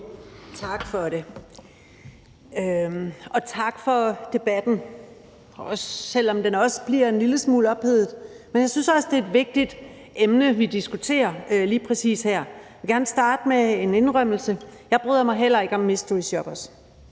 Tak for det. Og tak for debatten, selv om den også bliver en lille smule ophedet. Men jeg synes også, det er et vigtigt emne, vi diskuterer lige præcis her. Jeg vil gerne starte med en indrømmelse: Jeg bryder mig heller ikke om mysteryshoppere.